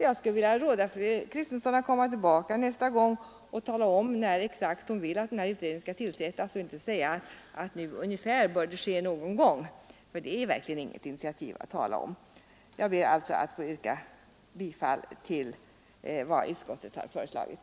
Jag skulle vilja råda fru Kristensson att komma tillbaka nästa gång och då tala om när exakt hon vill att denna utredning skall tillsättas och inte ange en ungefärlig tidpunkt, för det är verkligen inget initiativ att tala om. Jag ber alltså att få yrka bifall till vad utskottet har föreslagit.